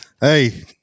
Hey